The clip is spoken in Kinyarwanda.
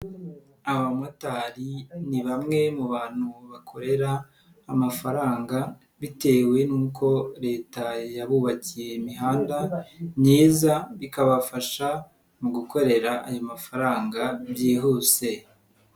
Abamotari ni bamwe mu bantu bakorera amafaranga bitewe nuko Leta yabubakiye imihanda myiza bikabafasha mu gukorera ayo mafaranga byihuse.